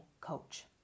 coach